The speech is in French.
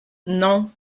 non